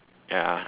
ya